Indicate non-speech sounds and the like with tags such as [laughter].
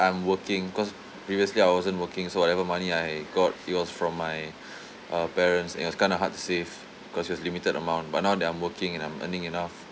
I'm working cause previously I wasn't working so whatever money I got it was from my [breath] uh parents it was kind of hard to save cause it was limited amount but now that I'm working and I'm earning enough